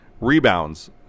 Rebounds